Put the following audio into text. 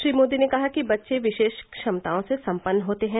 श्री मोदी ने कहा कि बच्चे विशेष क्षमताओं से सम्पन्न होते हैं